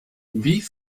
wie